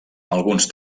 alguns